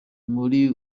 muri